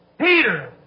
Peter